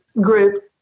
group